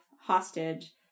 hostage